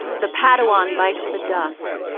the padawan bites the dust